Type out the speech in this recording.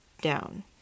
down